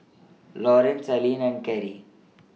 Laurance Alline and Kerri